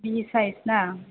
बिहि सायस ना